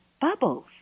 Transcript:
Bubbles